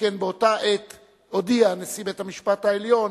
שכן באותה עת הודיע נשיא בית-המשפט העליון